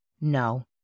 no